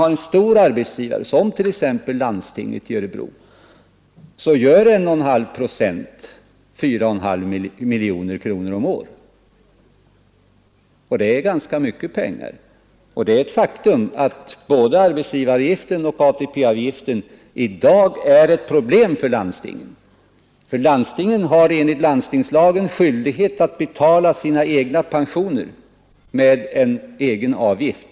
För en storarbetsgivare, som t.ex. landstinget i Örebro, gör 1,5 procent hela 4,5 miljoner kronor om året, och det är ganska mycket pengar. Det är ett faktum att både arbetsgivaravgiften och ATP-avgiften i dag är ett problem för landstingen. De har enligt landstingslagen skyldighet att betala sina egna pensioner med en egenavgift.